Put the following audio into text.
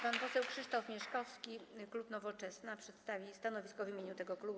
Pan poseł Krzysztof Mieszkowski, klub Nowoczesna, przedstawi stanowisko w imieniu tego klubu.